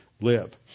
live